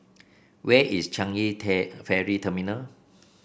where is Changi Ferry Terminal